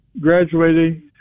graduating